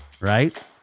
right